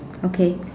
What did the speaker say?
okay